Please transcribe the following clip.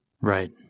Right